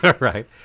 Right